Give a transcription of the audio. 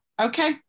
Okay